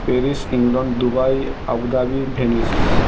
Paris England Dubai Abu Dhabi Venice